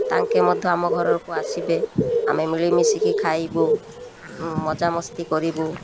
ତାଙ୍କେ ମଧ୍ୟ ଆମ ଘରକୁ ଆସିବେ ଆମେ ମିଳିମିଶିକି ଖାଇବୁ ମଜାମସ୍ତି କରିବୁ